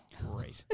great